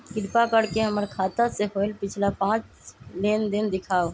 कृपा कर के हमर खाता से होयल पिछला पांच लेनदेन दिखाउ